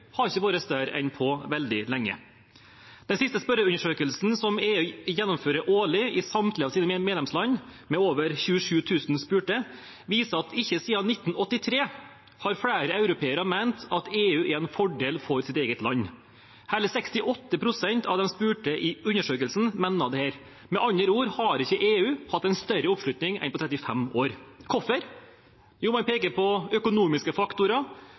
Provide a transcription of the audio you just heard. ikke har vært større på veldig lenge. Den siste spørreundersøkelsen, som EU gjennomfører årlig i samtlige av sine medlemsland, med over 27 000 spurte, viser at ikke siden 1983 har flere europeere ment at EU er en fordel for sitt eget land. Hele 68 pst. av de spurte i undersøkelsen mener dette. Med andre ord har ikke EU hatt en større oppslutning på 35 år. Hvorfor? Jo, man peker på økonomiske faktorer